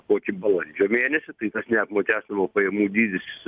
kokį balandžio mėnesį tai tas neapmokestinamų pajamų dydis